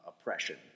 oppression